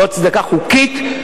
לא הצדקה חוקית,